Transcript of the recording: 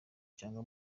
cyangwa